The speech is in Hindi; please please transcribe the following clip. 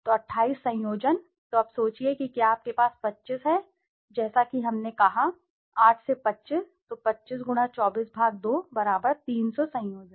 तो 28 संयोजन तो अब सोचिए कि क्या आपके पास 25 है जैसा कि हमने कहा 8 से 25 तो 25 x 242 300 संयोजन